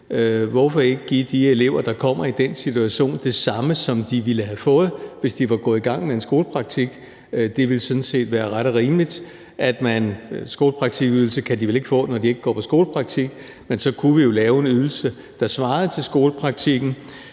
Hvorfor ikke give de elever, der kommer i den situation, det samme, som de ville have fået, hvis de var gået i gang med en skolepraktik? Det ville sådan set være ret og rimeligt. For skolepraktikydelse kan de vel ikke få, når de ikke går på skolepraktik, men så kunne vi jo lave en ydelse, der svarede til skolepraktikken.